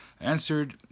answered